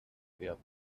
werden